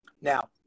now